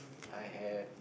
I have